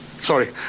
Sorry